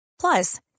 Plus